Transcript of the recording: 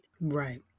Right